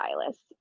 stylists